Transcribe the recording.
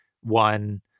one